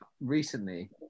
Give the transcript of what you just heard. recently